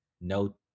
no